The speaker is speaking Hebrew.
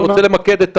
אני רוצה למקד את הבעיה.